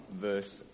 verse